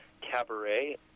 cabaret